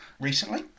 recently